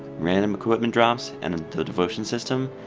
random equipment drops, and and the devotion system,